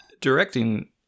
directing